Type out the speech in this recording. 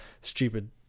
stupid